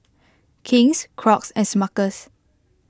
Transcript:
King's Crocs and Smuckers